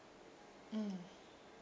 mm